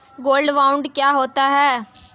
Gold bond क्या होता है?